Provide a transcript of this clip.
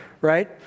right